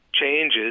changes